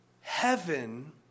Heaven